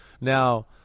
Now